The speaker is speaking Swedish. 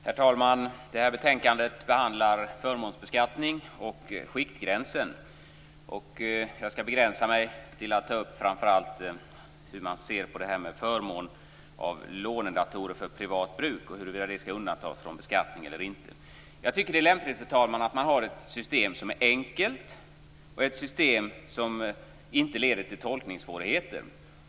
Herr talman! Detta betänkande behandlar förmånsbeskattning och skiktgränsen. Jag skall begränsa mig till att ta upp framför allt synen på förmån i form av lånedator för privat bruk och huruvida det skall undantas från beskattning eller inte. Jag tycker att det är lämpligt, herr talman, att ha ett system som är enkelt och inte leder till tolkningssvårigheter.